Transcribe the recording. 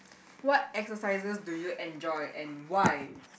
what exercises do you enjoy and why